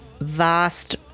vast